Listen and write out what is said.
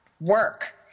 work